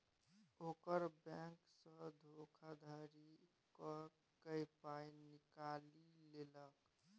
ओकर बैंकसँ धोखाधड़ी क कए पाय निकालि लेलकै